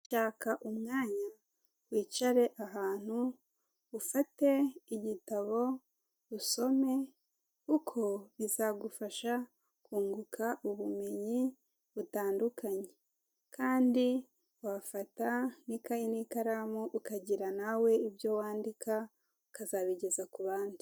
Shaka umwanya wicare ahantu ufate igitabo usome kuko bizagufasha kunguka ubumenyi butandukanye, kandi wafata n'ikayi n'ikaramu ukagira nawe ibyo wandika ukazabigeza ku bandi.